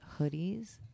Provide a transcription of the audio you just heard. hoodies